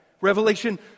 Revelation